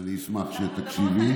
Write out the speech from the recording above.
אני אשמח שתקשיבי לי.